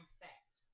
fact